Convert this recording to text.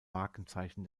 markenzeichen